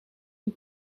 een